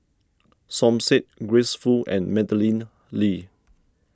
Som Said Grace Fu and Madeleine Lee